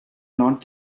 north